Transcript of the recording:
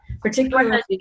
particularly